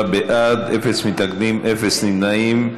בעד, 48, אין מתנגדים, אין נמנעים.